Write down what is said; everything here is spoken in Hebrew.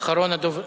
אחרון הדוברים.